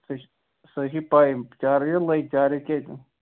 سُہ چھِ سُہ چھِ پَے أمۍ چارٕجَر چارٕج کیازِ